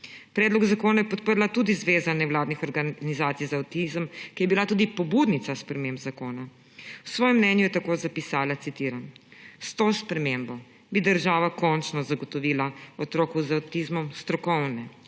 Predlog zakona je podprla tudi Zveza nevladnih organizacij za avtizem, ki je bila tudi pobudnica sprememb zakona. V svojem mnenju je tako zapisala, citiram: »S to spremembo bi država končno zagotovila otrokom z avtizmom strokovne,